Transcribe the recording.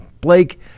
Blake